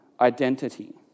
identity